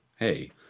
hey